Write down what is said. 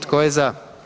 Tko je za?